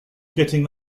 getting